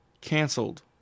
canceled